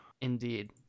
Indeed